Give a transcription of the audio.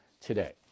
today